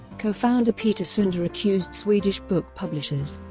co-founder peter sunde accused swedish book publishers,